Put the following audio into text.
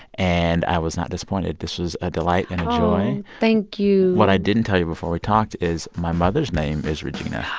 and i was not disappointed. this was a delight and joy oh, thank you what i didn't tell you before we talked is my mother's name is regina